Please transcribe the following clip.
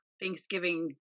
Thanksgiving